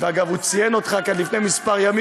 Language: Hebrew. והוא ציין אותך כאן לפני כמה ימים,